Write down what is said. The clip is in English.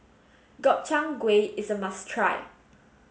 Gobchang Gui is a must try